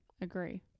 agree